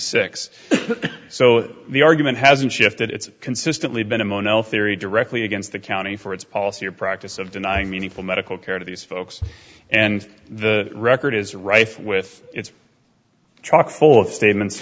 six so the argument hasn't shifted it's consistently been a mon el theory directly against the county for its policy or practice of denying meaningful medical care to these folks and the record is rife with its truck full of statements